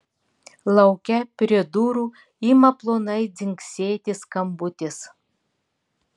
lauke prie durų ima plonai dzingsėti skambutis